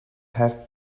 have